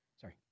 Sorry